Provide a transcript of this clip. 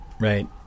right